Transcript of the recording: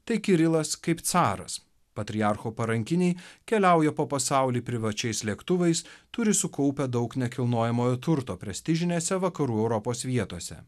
tai kirilas kaip caras patriarcho parankiniai keliauja po pasaulį privačiais lėktuvais turi sukaupę daug nekilnojamojo turto prestižinėse vakarų europos vietose